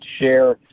share